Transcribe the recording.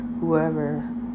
whoever